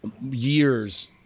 years